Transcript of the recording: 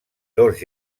dos